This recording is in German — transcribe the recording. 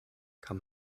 kann